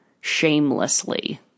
shamelessly